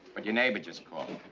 but your neighbor just called.